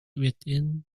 within